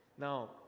Now